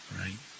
right